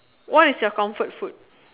what is your comfort food